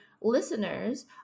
listeners